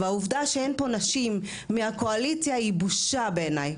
והעובדה שאין פה נשים מהקואליציה היא בושה בעיני,